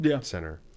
center